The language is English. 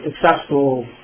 successful